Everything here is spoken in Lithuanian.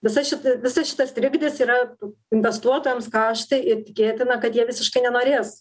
visa šita visas šitas trikdis yra investuotojams kaštai ir tikėtina kad jie visiškai nenorės